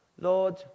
Lord